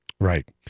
Right